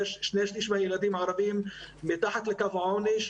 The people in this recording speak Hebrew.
שני שליש מהילדים הערבים מתחת לקו העוני,